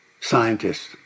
scientists